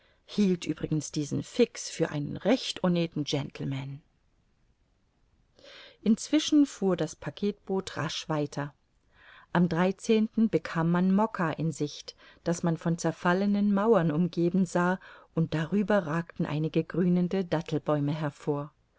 hielt übrigens diesen fix für einen recht honneten gentleman inzwischen fuhr das packetboot rasch weiter am bekam man mokka in sicht das man von zerfallenen mauern umgeben sah und darüber ragten einige grünende dattelbäume hervor